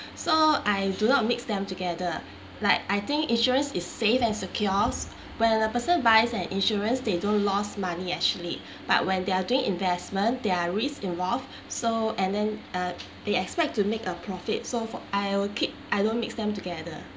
so I do not mix them together like I think insurance is safe and secures when a person buys an insurance they don't lost money actually but when they are doing investment there are risks involved so and then uh they expect to make a profit so for I'll keep I don't mix them together